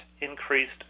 increased